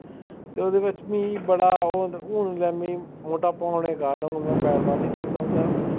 ते ओह्दे बिच मी बड़ा ओह् हून मी मोटापा होने कारन हून में बैट बॉल निं खेढदा होंदा